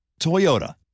Toyota